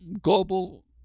global